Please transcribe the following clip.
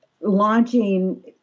launching